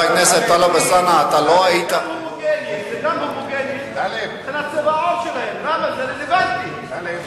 זה גם הומוגני, מבחינת צבע העור שלהם, זה